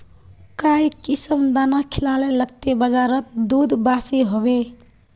काई किसम दाना खिलाले लगते बजारोत दूध बासी होवे?